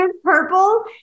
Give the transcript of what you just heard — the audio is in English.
purple